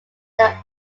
their